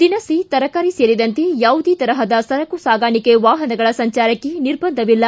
ದಿನಸಿ ತರಕಾರಿ ಸೇರಿದಂತೆ ಯಾವುದೇ ತರಹದ ಸರಕು ಸಾಗಾಣಿಕೆ ವಾಹನಗಳ ಸಂಚಾರಕ್ಕೆ ನಿರ್ಭಂಧವಿಲ್ಲ